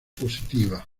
positiva